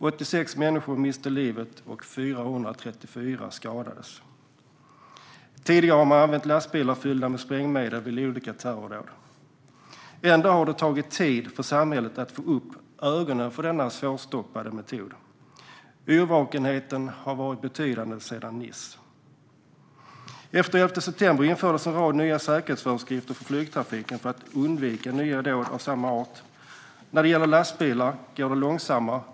86 människor miste livet och 434 skadades. Tidigare har man använt lastbilar fyllda med sprängmedel vid olika terrordåd. Ändå har det tagit tid för samhället att få upp ögonen för denna svårstoppade metod. Yrvakenheten har varit betydande sedan attacken i Nice. Efter 11 september-dåden infördes en rad nya säkerhetsföreskrifter för flygtrafiken för att undvika nya dåd av samma art. När det gäller lastbilar går det långsammare.